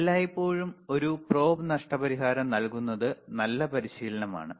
എല്ലായ്പ്പോഴും ഒരു probe നഷ്ടപരിഹാരം നൽകുന്നത് നല്ല പരിശീലനമാണ്